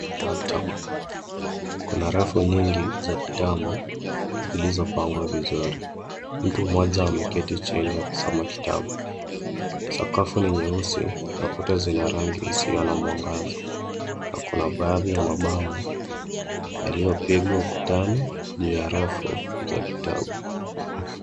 Maktaba, kuna rafu nyingi za vitabu zilizopangwa vizuri. Mtu mmoja ameketi chini akisoma kitabu. Sakafu ni nyeusi na kuta zina rangi isiyo na mwangaza, na kuna baadhi ya mabango yaliyopigwa ukutani ya rafu za vitabu.